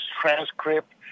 transcript